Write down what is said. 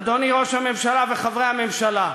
אדוני ראש הממשלה וחברי הממשלה,